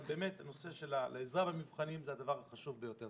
אבל באמת נושא העזרה במבחנים זה הדבר החשוב ביותר.